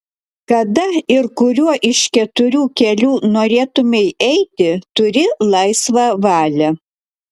kada ir kuriuo iš keturių kelių norėtumei eiti turi laisvą valią